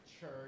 Church